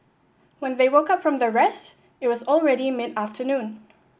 when they woke up from their rest it was already mid afternoon